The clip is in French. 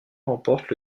remportent